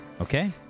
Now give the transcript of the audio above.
Okay